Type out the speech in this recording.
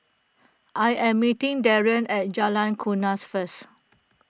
I am meeting Darrin at Jalan Kuras first